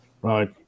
Right